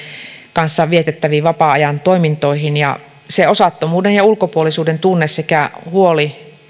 kanssa vietettäviin vapaa ajan toimintoihin ja se osattomuuden ja ulkopuolisuuden tunne sekä huoli